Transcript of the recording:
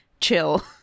chill